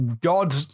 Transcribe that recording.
god-